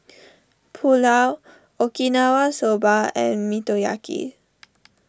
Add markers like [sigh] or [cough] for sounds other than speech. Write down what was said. Pulao Okinawa Soba and Motoyaki [noise]